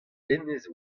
hennezh